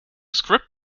script